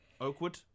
Oakwood